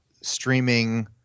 streaming